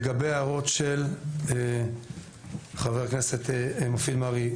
לגבי ההערות של חה"כ מופיד מרעי,